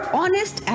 honest